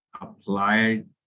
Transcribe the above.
applied